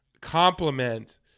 complement